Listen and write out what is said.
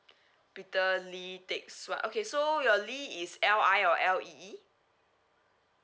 peter lee teck suan okay so your lee is L I or L E E